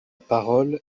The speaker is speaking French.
parole